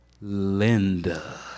Linda